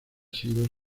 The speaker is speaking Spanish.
sido